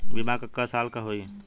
बीमा क साल क होई?